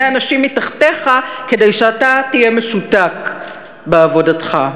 אנשים מתחתיך כדי שאתה תהיה משותק בעבודתך.